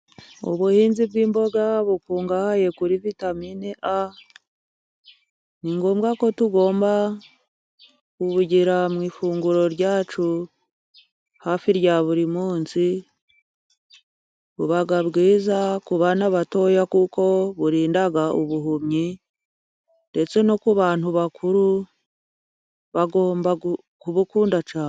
Ubuhinzi bw'imboga bukungahaye kuri vitamine A，ni ngombwa ko tugomba kubugira mu ifunguro ryacu hafi rya buri munsi，buba bwiza kubana batoya，kuko burinda ubuhumyi， ndetse no ku bantu bakuru bagomba kubukunda cyane.